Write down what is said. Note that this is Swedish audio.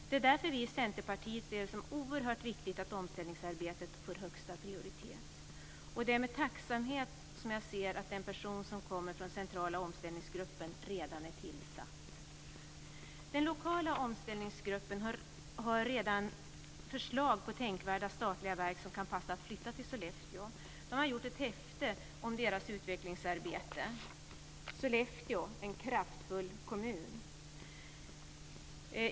Det är därför som vi i Centerpartiet ser det som oerhört viktigt att omställningsarbetet får högsta prioritet, och det är med tacksamhet jag ser att den person som kommer från den centrala omställningsgruppen redan är tillsatt. Den lokala omställningsgruppen har redan förslag på tänkvärda statliga verk som kan passa att flytta till Sollefteå. Man har gjort ett häfte om utvecklingsarbetet, Sollefteå - en kraftfull kommun.